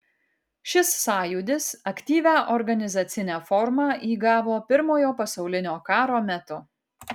šis sąjūdis aktyvią organizacinę formą įgavo pirmojo pasaulinio karo metu